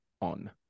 on